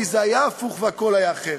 כי זה היה הפוך והכול היה אחרת.